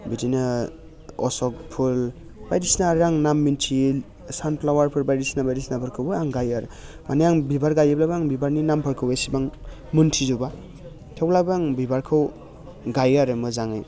बिदिनो अशक फुल बायदिसिना आरो आं नाम मिनथियै सानफ्लावारफोर बायदिसिना बायदिसिनाफोरखौबो आं गायो आरो माने आं बिबार गायोब्लाबो बिबारनि नामफोरखौ इसेबां मिनथिजोबा थेवब्लाबो आं बिबारखौ गायो आरो मोजाङै